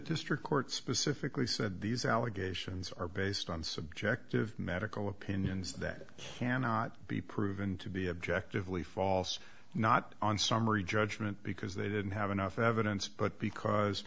district court specifically said these allegations are based on subjective medical opinions that cannot be proven to be objective we false not on summary judgment because they didn't have enough evidence but because